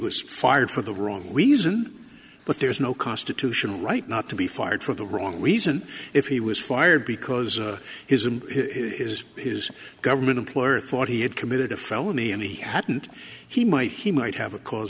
was fired for the wrong reason but there's no constitutional right not to be fired for the wrong reason if he was fired because his him is his government employer thought he had committed a felony and he hadn't he might he might have a cause